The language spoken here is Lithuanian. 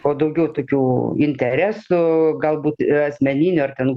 o daugiau tokių interesų galbūt ir asmeninių ar ten